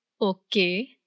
Okay